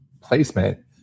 placement